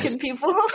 people